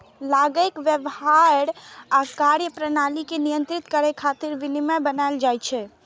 लोगक व्यवहार आ कार्यप्रणाली कें नियंत्रित करै खातिर विनियम बनाएल जाइ छै